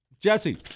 Jesse